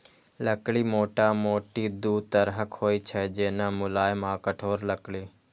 लकड़ी मोटामोटी दू तरहक होइ छै, जेना, मुलायम आ कठोर लकड़ी